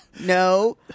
no